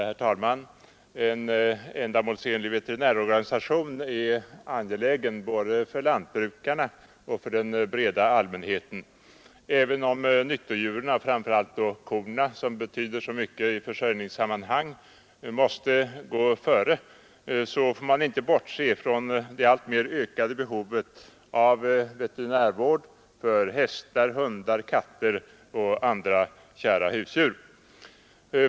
Herr talman! En ändamålsenlig veterinärorganisation är angelägen både för lantbrukarna och för den breda allmänheten. Även om nyttodjuren, framför allt korna som betyder så mycket i försörjningssammanhang, måste gå före får man inte bortse från det alltmer ökade behovet av veterinärvård för hästar, hundar, katter och andra kära husdjur.